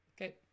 Okay